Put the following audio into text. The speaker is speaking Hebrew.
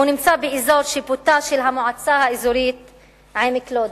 אלא באזור שיפוטה של המועצה האזורית עמק-לוד,